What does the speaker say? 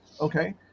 okay